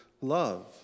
love